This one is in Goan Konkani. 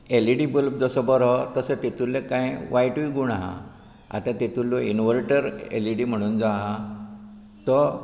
एलइडी बल्ब जसो बरो तसो तेतूंतले काय वायटूय गूण आहात आतां तेतूंतलो इनवर्टर एलइडी म्हणून जो आहा तो